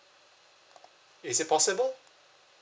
is it possible